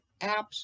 apps